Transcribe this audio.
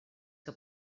que